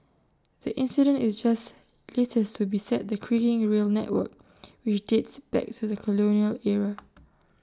the incident is just latest to beset the creaking rail network which dates back to the colonial era